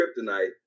kryptonite